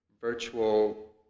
virtual